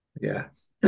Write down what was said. yes